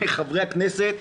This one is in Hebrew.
חברי הכנסת,